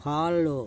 follow